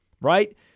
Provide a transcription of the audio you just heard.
right